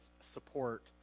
support